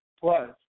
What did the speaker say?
Plus